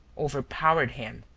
overpowered him.